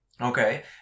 okay